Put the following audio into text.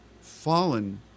fallen